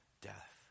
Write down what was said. death